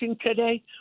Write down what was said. today